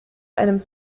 einem